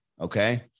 okay